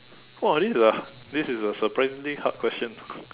!wah! this is a this is a surprisingly hard question